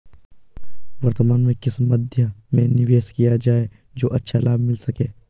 वर्तमान में किस मध्य में निवेश किया जाए जो अच्छा लाभ मिल सके?